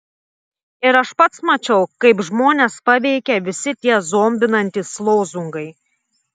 ir aš pats mačiau kaip žmones paveikia visi tie zombinantys lozungai